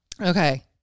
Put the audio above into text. Okay